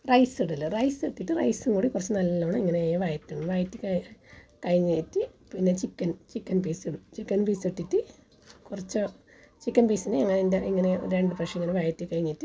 rice ഇടല് rice ഇട്ടിട്ട് റൈസും കൂടി കുറച്ച് നല്ലവണ്ണം ഇങ്ങനെ വയറ്റും വയറ്റി ക കഴിഞ്ഞിറ്റ് പിന്നെ ചിക്കൻ ചിക്കൻ പീസിടും ചിക്കൻ പീസിട്ടിട്ട് കുറച്ച് ചിക്കൻ പീസിനെ അതിൻ്റെ ഇങ്ങനെ രണ്ട് പ്രാവശ്യം ഇങ്ങനെ വഴറ്റി കഴിഞ്ഞിട്ട്